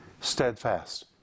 steadfast